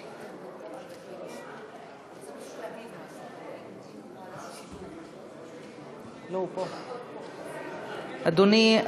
אדוני,